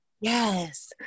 Yes